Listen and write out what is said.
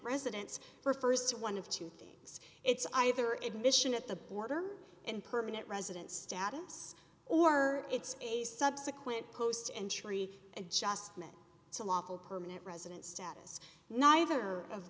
residence refers to one of two things it's either admission at the border and permanent residence status or it's a subsequent post entry and just meant to lawful permanent resident status neither of